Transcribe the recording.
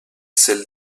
celle